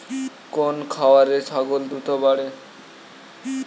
কোন খাওয়ারে ছাগল দ্রুত বাড়ে?